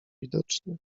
widocznie